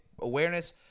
awareness